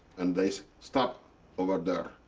and they stopped over there.